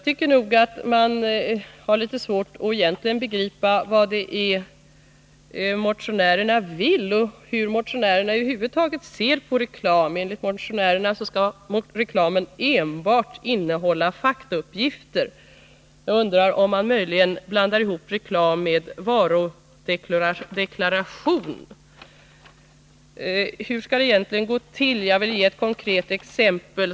Det är svårt att begripa vad motionärerna egentligen vill och hur motionärerna över huvud taget ser på reklam. Enligt motionärerna måste reklamen innehålla enbart faktauppgifter. Jag undrar om man möjligen blandar ihop reklam med varudeklaration. Vad innebär annars motionärer nas skrivning? Jag vill ge ett konkret exempel.